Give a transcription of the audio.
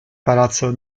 palazzo